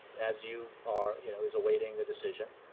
as you are, you know is awaiting the decision,